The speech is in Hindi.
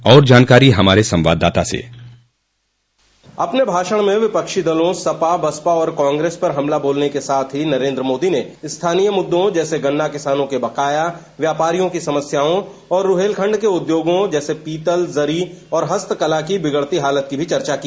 और जानकारी हमारे संवाददाता से अपने भाषण में विपक्षी दलों सपा बसपा और कांग्रेस पर हमला बोलने के साथ ही नरेन्द्र मोदी ने स्थानीय मुद्दों जैसे गन्ना किसानों के बकाया व्यापारियों की समस्याओं और रुहेलखंड के उद्योगों पीतल जरी और हस्तकला की बिगड़ी हालत की भी चर्चा की